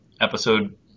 episode